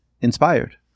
inspired